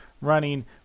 running